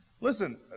listen